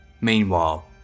Meanwhile